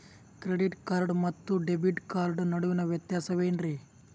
Credit card ಮತ್ತು debit card ನಡುವಿನ ವ್ಯತ್ಯಾಸ ವೇನ್ರೀ?